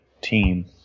team